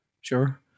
sure